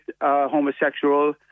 homosexual